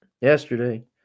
Yesterday